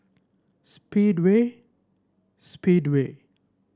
Speedway Speedway